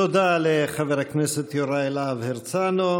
תודה לחבר הכנסת יוראי להב הרצנו.